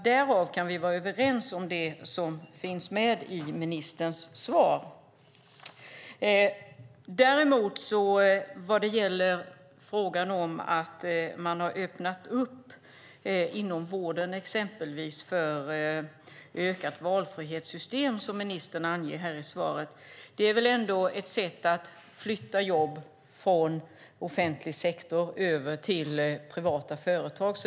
Därav kan vi vara överens om det som finns med i ministerns svar. Däremot vad gäller att man har öppnat upp inom exempelvis vården för ett ökat valfrihetssystem, som ministern anger i svaret, är det väl ändå ett sätt att flytta jobb från offentlig sektor över till privata företag.